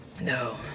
No